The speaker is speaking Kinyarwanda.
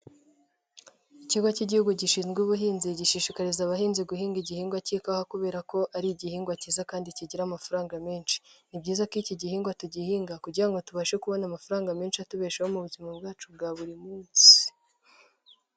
Ikigo cy'igihugu gishinzwe ubuhinzi gishishikariza abahinzi guhinga igihingwa cy'ikawa kubera ko ari igihingwa cyiza kandi kigira amafaranga menshi, ni byiza ko iki gihingwa tugihinga kugira ngo tubashe kubona amafaranga menshi atubeshaho mu buzima bwacu bwa buri munsi.